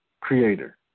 creator